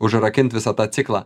užrakint visą tą ciklą